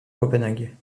copenhague